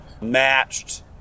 matched